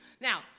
Now